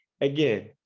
again